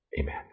Amen